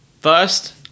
first